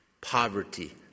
Poverty